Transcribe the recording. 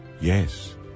Yes